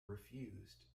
refused